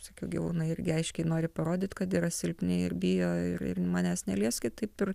sakiau gyvūnai irgi aiškiai nori parodyt kad yra silpni ir bijo ir manęs nelieskit taip ir